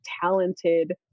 talented